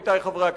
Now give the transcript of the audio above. עמיתי חברי הכנסת.